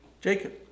Jacob